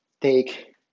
take